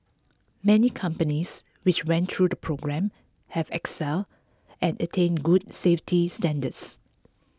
many companies which went through the programme have excel and attained good safety standards